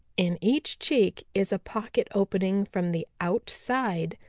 in each cheek is a pocket opening from the outside,